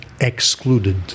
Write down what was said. excluded